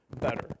better